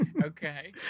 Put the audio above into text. Okay